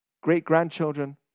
great-grandchildren